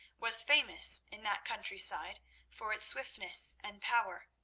was famous in that country-side for its swiftness and power,